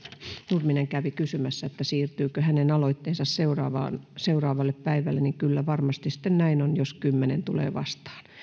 nurminen kävi kysymässä siirtyykö hänen aloitteensa seuraavalle päivälle niin kyllä varmasti sitten näin on jos kello kaksikymmentäkaksi tulee vastaan